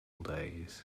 days